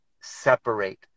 separate